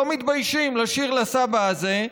לא מתביישים לשיר לסבא הזה: